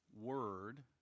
word